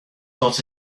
got